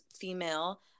female